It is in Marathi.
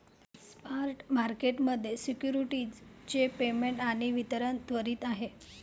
स्पॉट मार्केट मध्ये सिक्युरिटीज चे पेमेंट आणि वितरण त्वरित आहे